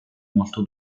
molto